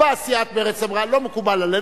באה סיעת מרצ ואמרה: לא מקובל עלינו,